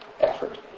effort